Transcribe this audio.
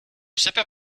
sapeur